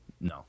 No